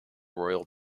royal